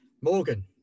Morgan